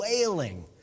wailing